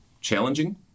challenging